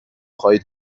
خواهید